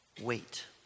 Wait